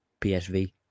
PSV